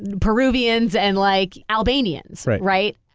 peruvians and like albanians. right. right?